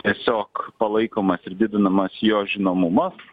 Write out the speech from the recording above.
tiesiog palaikomas ir didinamas jo žinomumas